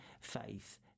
faith